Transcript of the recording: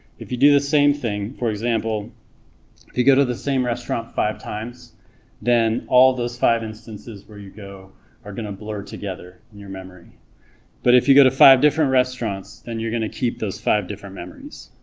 if you do the same thing for example if you go to the same restaurant five times then all those five instances where you go are gonna blur together in your memory but if you go to five different restaurants then you're going to keep those five different memories,